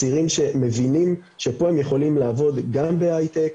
הצעירים שמבינים שפה הם יכולים לעבוד גם בהייטק,